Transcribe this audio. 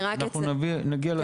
אנחנו נגיע לסעיף הזה.